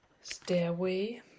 stairway